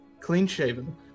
clean-shaven